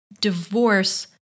divorce